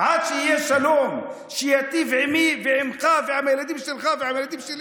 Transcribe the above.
עד שיהיה שלום שייטיב עימי ועימך ועם הילדים שלך ועם הילדים שלי.